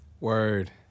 Word